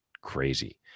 crazy